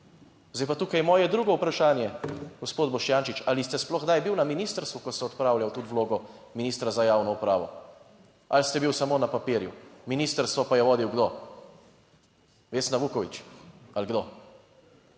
zdaj pa tukaj je moje drugo vprašanje, gospod Boštjančič, ali ste sploh kdaj bil na ministrstvu, ko se je odpravljal tudi v vlogo ministra za javno upravo, ali ste bil samo na papirju, ministrstvo pa je vodil kdo. Vesna Vuković ali kdo?